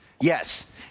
yes